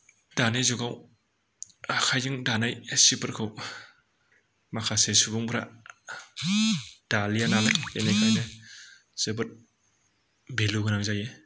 दानि जुगाव आखायजों दानाय सिफोरखौ माखासे सुबुंफोरा दालिया नालाय बेनिखायनो जोबोद भेलु गोनां जायो